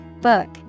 book